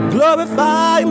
Glorify